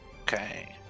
okay